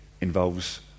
involves